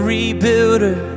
Rebuilder